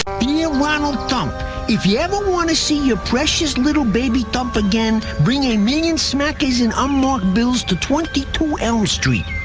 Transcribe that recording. ronald thump if you ever wanna see your precious little baby thump again, bring a million smackers in unmarked bills to twenty two elm street.